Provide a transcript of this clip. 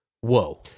whoa